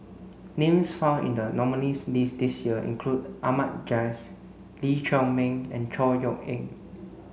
names found in the nominees' list this year include Ahmad Jais Lee Chiaw Meng and Chor Yeok Eng